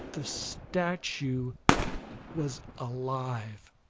the statue was alive!